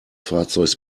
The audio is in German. fahrzeugs